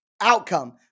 outcome